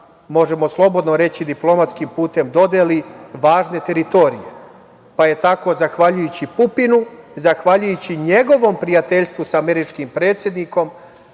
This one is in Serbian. možemo slobodno reći diplomatskim putem, dodeli važne teritorije. Zahvaljujući Pupinu, zahvaljujući njegovom prijateljstvu sa američkim predsednikom,